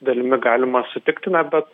dalimi galima sutikti na bet